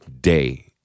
day